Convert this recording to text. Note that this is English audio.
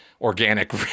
organic